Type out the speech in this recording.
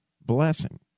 blessing